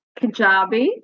Kajabi